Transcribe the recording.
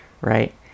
right